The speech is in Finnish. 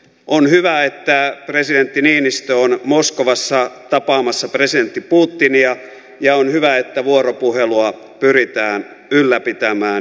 on hyvä että presidentti niinistö on moskovassa tapaamassa presidentti putinia ja on hyvä että vuoropuhelua pyritään ylläpitämään ja käymään